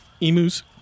emus